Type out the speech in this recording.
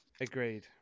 Agreed